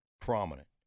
prominent